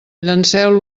llanceu